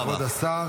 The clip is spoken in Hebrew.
תודה רבה לכבוד השר.